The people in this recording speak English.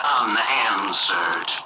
unanswered